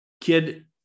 Kid